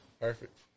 Perfect